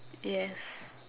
yes